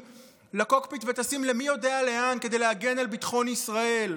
לקוקפיט וטסים מי יודע לאן כדי להגן על ביטחון ישראל,